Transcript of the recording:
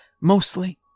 Mostly